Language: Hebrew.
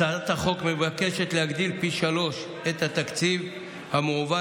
הצעת החוק מבקשת להגדיל פי שלושה את התקציב שמועבר